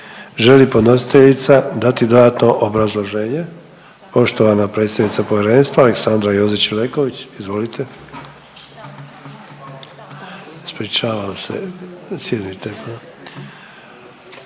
li podnositeljica dati dodatno obrazloženje? Poštovana predsjednica Povjerenstva Aleksandra Jozić Ileković. Izvolite. Ispričavam se … zahtjev